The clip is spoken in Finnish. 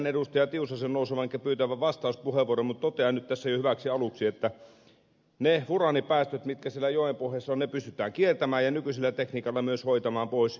tiusasen nousevan ja pyytävän vastauspuheenvuoron mutta totean nyt tässä jo hyväksi aluksi että ne furaanipäästöt mitkä siellä joenpohjassa ovat ne pystytään kiertämään ja nykyisellä tekniikalla myös hoitamaan pois